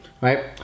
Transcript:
Right